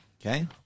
Okay